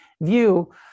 view